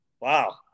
Wow